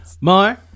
Mar